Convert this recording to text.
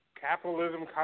capitalism